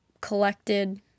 collected